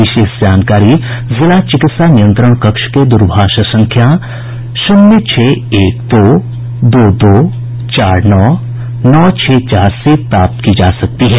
विशेष जानकारी जिला चिकित्सा नियंत्रण कक्ष के दूरभाष संख्या शून्य छह एक दो दो दो चार नौ नौ छह चार से प्राप्त की जा सकती है